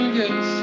yes